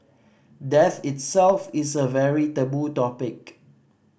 death itself is a very taboo topic